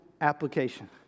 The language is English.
application